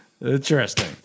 Interesting